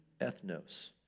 ethnos